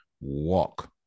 walk